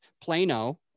Plano